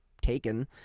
taken